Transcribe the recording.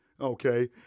okay